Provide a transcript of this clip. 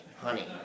honey